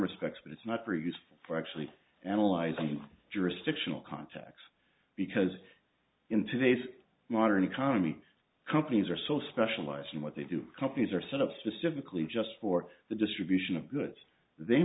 respects but it's not very useful for actually analyzing the jurisdictional context because in today's modern economy companies are so specialized in what they do companies are set up specifically just for the distribution of goods they